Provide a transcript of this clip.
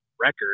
record